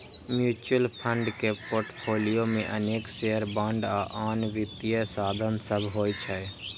mutual fund के portfolio मे अनेक शेयर, बांड आ आन वित्तीय साधन सभ होइ छै